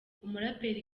umuraperi